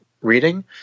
reading